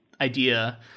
idea